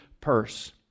Purse